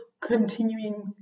continuing